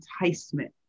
enticement